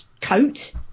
coat